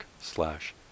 slash